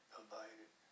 abided